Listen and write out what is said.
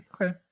Okay